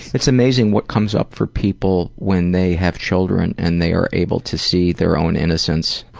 it's amazing what comes up for people when they have children and they are able to see their own innocence.